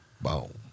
Boom